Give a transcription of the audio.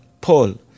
Paul